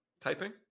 Typing